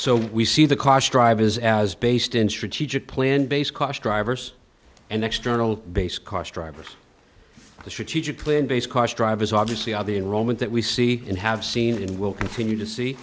so we see the cost drivers as based in strategic plan based cost drivers and external base cost drivers the strategic plan based cost drivers obviously of the enrollment that we see and have seen and will continue to see